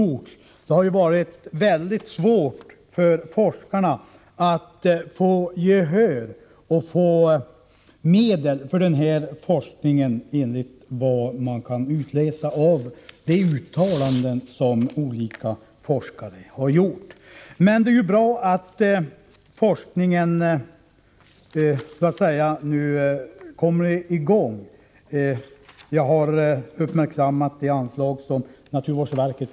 Forskarna har ju haft väldigt svårt att vinna gehör och få medel för denna forskning, enligt vad som kan utläsas av de uttalanden som olika forskare har gjort. Men det är ju bra att forskningen nu kommer i gång. Jag har uppmärksammat bl.a. anslaget från naturvårdsverket.